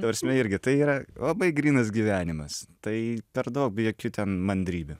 ta prasme irgi tai yra labai grynas gyvenimas tai per daug be jokių ten mandrybių